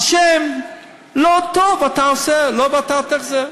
על שם לא טוב אתה עושה, לא "ואתה תחזה".